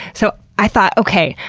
so i thought, okay!